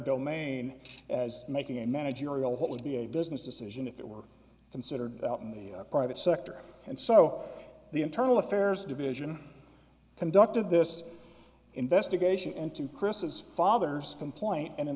domain as making a managerial it would be a business decision if it were considered out in the private sector and so the internal affairs division conducted this investigation into chris's father's complaint and in